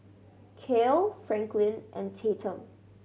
Kale Franklin and Tatum